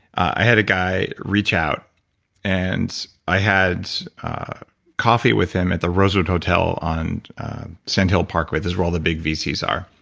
i had a guy reach out and i had coffee with him at the rosewood hotel on sandhill parkway. this is where all the big vcs are.